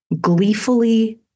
gleefully